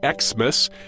Xmas